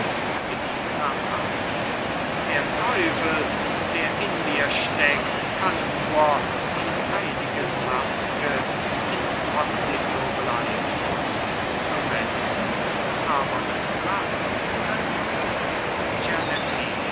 bedienter ab der teufel der in mir steckt kann nur in heiligenmaske inkognito bleiben lomellin aber das blatt prinz